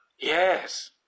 Yes